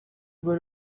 urwo